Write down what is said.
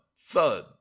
thud